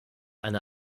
eine